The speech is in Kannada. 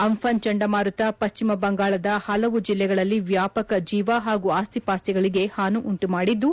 ಅಂಫನ್ ಚಂಡಮಾರುತ ಪಶ್ಲಿಮ ಬಂಗಾಳದ ಹಲವು ಜಿಲ್ಲೆಗಳಲ್ಲಿ ವ್ಲಾಪಕ ಜೀವ ಹಾಗೂ ಆಸ್ತಿಪಾಸ್ತಿಗಳಿಗೆ ಹಾನಿ ಉಂಟು ಮಾಡಿದ್ದು